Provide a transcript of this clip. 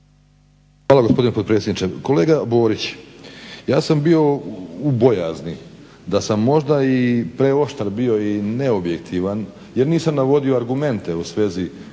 Hvala gospodine potpredsjedniče. Kolega Borić ja sam bio u bojazni da sam možda i preoštar bio i neobjektivan jer nisam navodio argumente u svezi